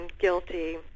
guilty